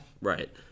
right